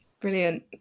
Brilliant